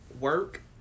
work